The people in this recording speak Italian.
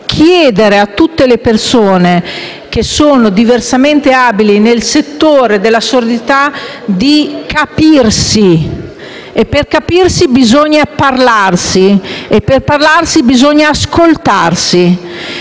chiedere a tutte le persone diversamente abili nel settore della sordità di capirsi, ma per fare questo bisogna parlarsi e per parlarsi bisogna ascoltarsi.